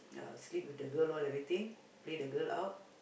uh sleep with the girl all everything play the girl out